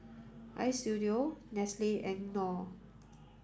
Istudio Nestle and Knorr